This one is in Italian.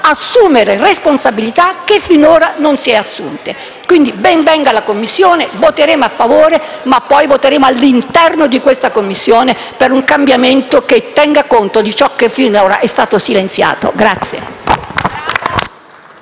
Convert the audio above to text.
assumersi le responsabilità che finora non si è assunta. Quindi ben venga la Commissione. Voteremo a favore della mozione ma poi voteremo all'interno di questa Commissione per un cambiamento che tenga conto di ciò che finora è stato silenziato.